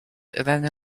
than